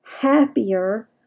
happier